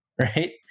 right